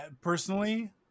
personally